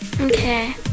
Okay